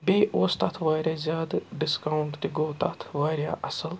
بیٚیہِ اوس تَتھ واریاہ زیادٕ ڈِسکاوُنٛٹ تہِ گوٚو تَتھ واریاہ اَصٕل